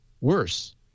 Worse